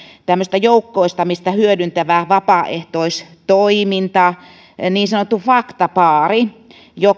tämmöistä joukkoistamista hyödyntävä vapaaehtoistoiminta niin sanottu faktabaari